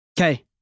Okay